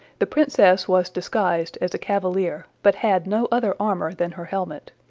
the princess was disguised as a cavalier, but had no other armour than her helmet.